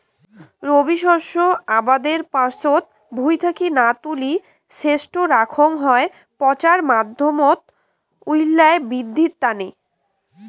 রবি শস্য আবাদের পাচত ভুঁই থাকি না তুলি সেজটো রাখাং হই পচার মাধ্যমত আউয়াল বিদ্ধির তানে